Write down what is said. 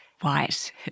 white